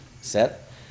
set